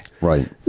right